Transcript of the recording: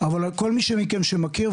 אבל כל מי מכם שמכיר,